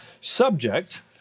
subject